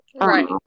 Right